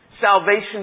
salvation